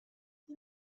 این